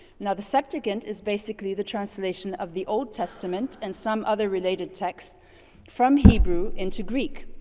now, the septuagint is basically the translation of the old testament and some other related texts from hebrew into greek.